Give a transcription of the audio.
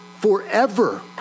forever